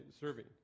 serving